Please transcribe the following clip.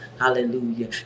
hallelujah